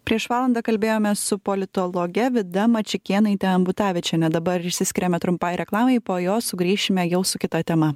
prieš valandą kalbėjomės su politologe vida mačikėnaite ambutavičiene dabar išsiskiriame trumpai reklamai po jos sugrįšime jau su kita tema